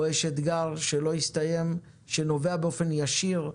פה יש אתגר שלא הסתיים ונובע באופן ישיר מהקורונה.